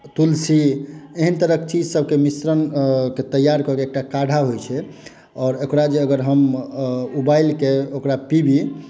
तुलसी एहन तरहक चीजसभके मिश्रण के तैयआर कऽ के एकटा काढ़ा होइत छै आओर ओकरा जे अगर हम उबालिके ओकरा पीबी